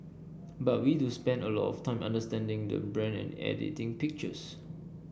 but we do spend a lot of time understanding the brand and editing pictures